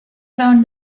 around